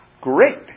great